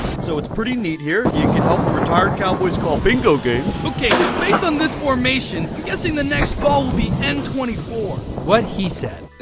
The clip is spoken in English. so it's pretty neat here. you can help the retired cowboys call bingo games. ok, so based on this formation. i'm guessing the next ball will be n two four. what he said!